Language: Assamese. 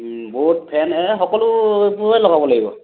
বোথ ফেন এই সকলোবোৰে লগাব লাগিব